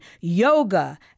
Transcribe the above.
yoga